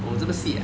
oh 这么细啊